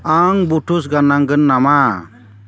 आं बुत्स गान्नांगोन नामा